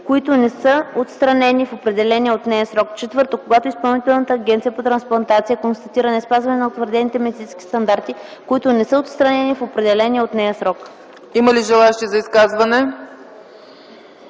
които не са отстранени в определения от нея срок; 4. когато Изпълнителната агенция по трансплантация констатира неспазване на утвърдените медицински стандарти, които не са отстранени в определения от нея срок.” ПРЕДСЕДАТЕЛ ЦЕЦКА